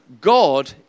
God